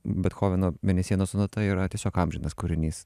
bethoveno mėnesienos sonata yra tiesiog amžinas kūrinys